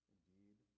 Indeed